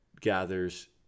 gathers